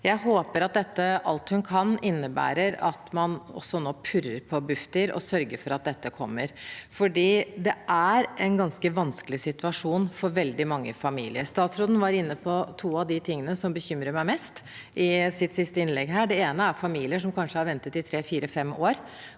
Jeg håper at dette «alt hun kan» innebærer at man også purrer på Bufdir og sørger for at dette kommer, for det er en ganske vanskelig situasjon for veldig mange familier. Statsråden var inne på to av de tingene som bekymrer meg mest, i sitt siste innlegg her. Det ene er familier som kanskje har ventet i tre, fire eller